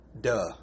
duh